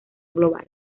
global